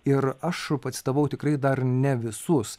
ir aš pacitavau tikrai dar ne visus